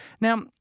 Now